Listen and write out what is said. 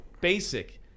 basic